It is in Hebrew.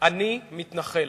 אני מתנחל.